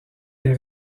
des